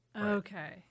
Okay